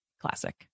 classic